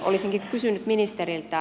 olisinkin kysynyt ministeriltä